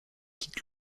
quitte